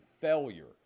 failure